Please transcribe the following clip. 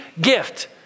gift